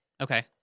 Okay